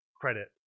credit